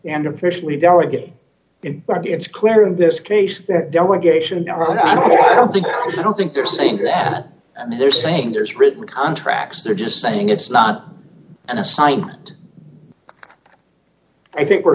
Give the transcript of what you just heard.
but it's clear in this case that delegation i don't think they're saying that they're saying there's written contracts they're just saying it's not an assignment i think we're